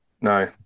no